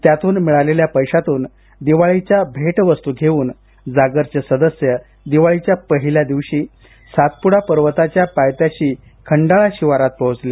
त्यातून मिळालेल्या पैशातून दिवाळीच्या भेटवस्तू घेऊन जागरचे सदस्य दिवाळीच्या पहिल्या दिवशी सातप्डा पर्वताच्या पायथ्याशी खंडाळा शिवारात पोहोचले